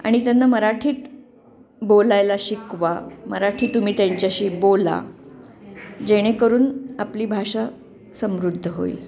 आणि त्यांना मराठीत बोलायला शिकवा मराठी तुम्ही त्यांच्याशी बोला जेणेकरून आपली भाषा समृद्ध होईल